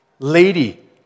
lady